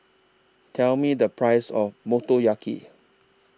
Tell Me The Price of Motoyaki